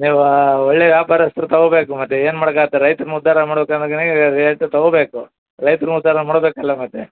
ನೀವು ಒಳ್ಳೆಯ ವ್ಯಾಪಾರಸ್ತರು ತೊಗೋಬೇಕು ಮತ್ತೆ ಏನು ಮಾಡಕಾಗತ್ತೆ ರೈತ್ರ್ನ ಉದ್ಧಾರ ಮಾಡ್ಬೇಕು ತೊಗೋಬೇಕು ರೈತ್ರ್ನ ಉದ್ಧಾರ ಮಾಡ್ಬೇಕಲ್ವ ಮತ್ತೆ